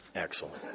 Excellent